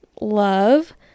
love